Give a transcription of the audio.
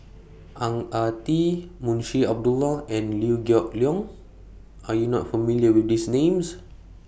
Ang Ah Tee Munshi Abdullah and Liew Geok Leong Are YOU not familiar with These Names